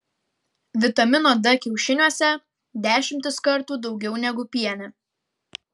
vitamino d kiaušiniuose dešimtis kartų daugiau negu piene